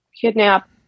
kidnap